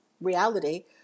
reality